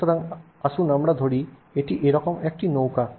সুতরাং আসুন আমরা ধরি এটি এরকম কোনো একটি নৌকা